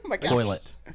Toilet